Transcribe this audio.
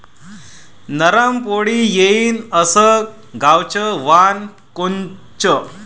नरम पोळी येईन अस गवाचं वान कोनचं?